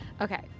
Okay